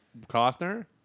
Costner